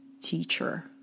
teacher